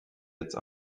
jetzt